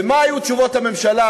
ומה היו תשובות הממשלה,